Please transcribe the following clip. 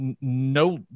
no